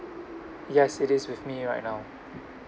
yes it is with me right now